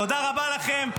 תודה רבה לכם.